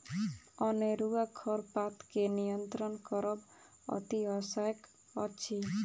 अनेरूआ खरपात के नियंत्रण करब अतिआवश्यक अछि